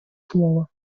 слово